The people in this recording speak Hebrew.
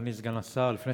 אדוני סגן השר.